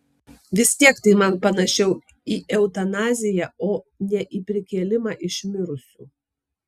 vis tiek tai man panašiau į eutanaziją o ne į prikėlimą iš mirusių